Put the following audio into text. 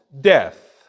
death